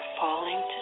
falling